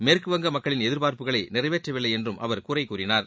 மேற்குவங்க மக்களின் எதிர்பார்ப்புகளை நிறைவேற்றவில்லை என்றும் அவர் குறைகூறினார்